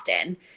often